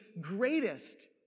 greatest